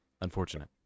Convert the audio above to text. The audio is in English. Unfortunate